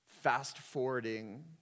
fast-forwarding